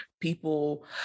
People